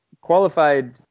qualified